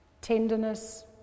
tenderness